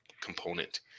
component